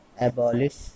Abolish